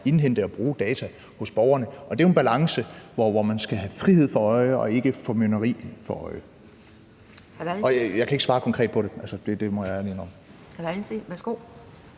indhente og bruge data fra borgerne. Og det er jo en balance, hvor man skal have frihed for øje og ikke formynderi for øje. Men jeg kan ikke svare konkret på det; det må jeg ærligt